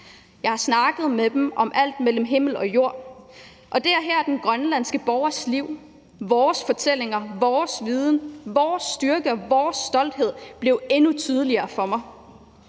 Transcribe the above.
Jeg har snakket med dem om alt imellem himmel og jord. Det var her, den grønlandske borgers liv, vores fortællinger, vores viden, vores styrke og vores stolthed blev endnu tydeligere for mig.